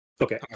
Okay